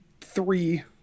three